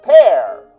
pair